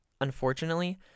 Unfortunately